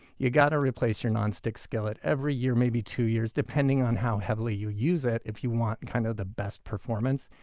you've got to replace your non-stick skillet every year, maybe two years depending on how heavily you use it if you want kind of the best performance.